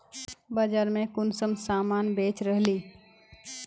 बाजार में कुंसम सामान बेच रहली?